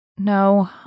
No